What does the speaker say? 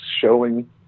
showing